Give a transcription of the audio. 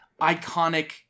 iconic